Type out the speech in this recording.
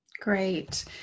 Great